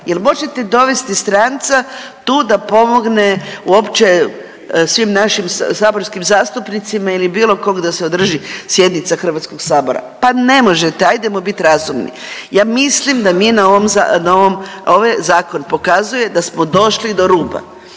jel možete dovesti stranca tu da pomogne uopće svim našim saborskim zastupnicima ili bilo kog da se održi HS-a? Pa ne možete ajdemo bit razumni. Ja mislim da mi na ovom ovaj zakon pokazuje da smo došli do ruba,